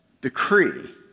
decree